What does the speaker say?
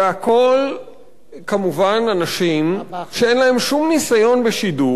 כולם כמובן אנשים שאין להם שום ניסיון בשידור,